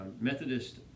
Methodist